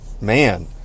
man